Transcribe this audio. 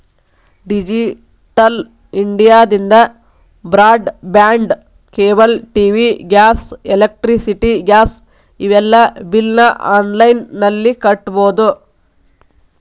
digital ಇಂಡಿಯಾದಿಂದ broadband cable TV gas electricity gas ಇವೆಲ್ಲಾ ಬಿಲ್ನ ಆನ್ಲೈನ್ ನಲ್ಲಿ ಕಟ್ಟಬೊದು